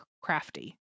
crafty